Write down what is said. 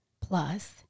plus